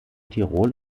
tirol